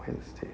wednesday